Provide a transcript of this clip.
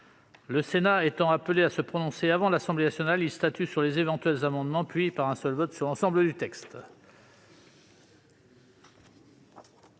le Sénat étant appelé à se prononcer avant l'Assemblée nationale, il statue d'abord sur les éventuels amendements puis, par un seul vote, sur l'ensemble du texte.